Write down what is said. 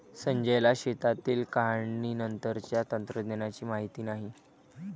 संजयला शेतातील काढणीनंतरच्या तंत्रज्ञानाची माहिती नाही